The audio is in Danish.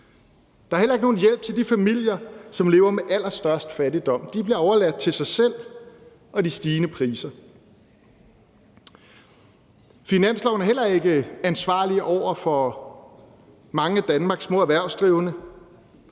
Der er heller ikke nogen hjælp til de familier, som lever med allerstørst fattigdom. De bliver overladt til sig selv og de stigende priser. Finanslovsforslaget er heller ikke ansvarligt over for mange af Danmarks små erhvervsdrivende.